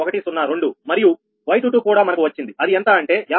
102 మరియు 𝑌22 కూడా మనకు వచ్చింది అది ఎంత అంటే 58